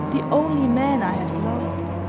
the only man i have loved.